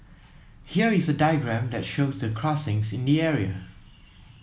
here is a diagram that shows the crossings in the area